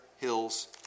hills